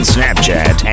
Snapchat